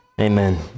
Amen